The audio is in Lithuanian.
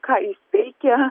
ką jis veikia